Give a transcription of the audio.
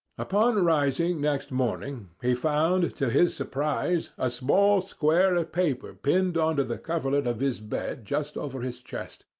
upon rising next morning he found, to his surprise, a small square of paper pinned on to the coverlet of his bed just over his chest.